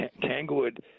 Tanglewood –